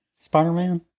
Spider-Man